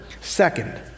Second